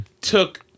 took